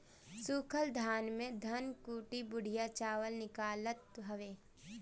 सूखल धान से धनकुट्टी बढ़िया चावल निकालत हवे